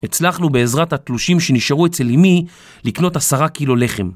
הצלחנו בעזרת התלושים שנשארו אצל אמי לקנות עשרה קילו לחם